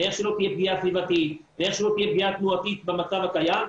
ואיך שלא תהיה פגיעה סביבתית ואיך שלא תהיה פגיעה תנועתית במצב הקיים,